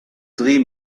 dream